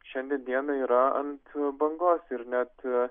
šiandien dieną yra ant bangos ir net